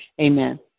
Amen